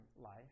life